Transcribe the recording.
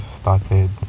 started